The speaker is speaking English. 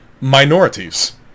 minorities